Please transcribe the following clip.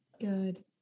Good